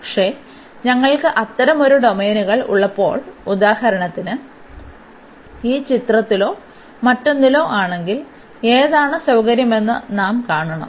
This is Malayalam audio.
പക്ഷേ ഞങ്ങൾക്ക് അത്തരം ഒരു ഡൊമെയ്നുകൾ ഉള്ളപ്പോൾ ഉദാഹരണത്തിന് ഈ ചിത്രത്തിലോ മറ്റൊന്നിലോ ആണെങ്കിൽ ഏതാണ് സൌകര്യമെന്ന് നാം കാണണം